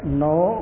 no